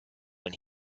when